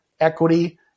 equity